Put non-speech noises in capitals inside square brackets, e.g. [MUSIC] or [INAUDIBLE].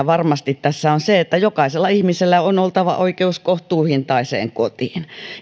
[UNINTELLIGIBLE] varmasti tässä on se että jokaisella ihmisellä on oltava oikeus kohtuuhintaiseen kotiin